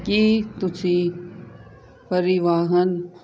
ਕੀ ਤੁਸੀਂ ਪਰਿਵਾਹਨ